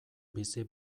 bizi